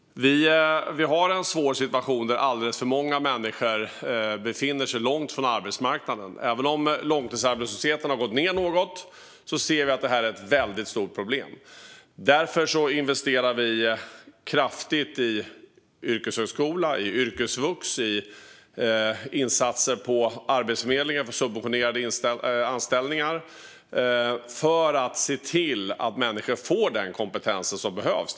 Sverige har en svår situation där alldeles för många människor befinner sig långt ifrån arbetsmarknaden. Även om långtidsarbetslösheten har gått ned något ser vi att detta är ett väldigt stort problem. Därför investerar vi kraftigt i yrkeshögskola, yrkesvux och insatser från Arbetsförmedlingen för subventionerade anställningar för att se till att människor får den kompetens som behövs.